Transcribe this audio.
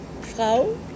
Frau